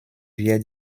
wir